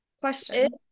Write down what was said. Question